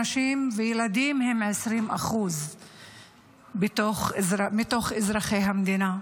נשים וילדים הם 20% מתוך אזרחי המדינה.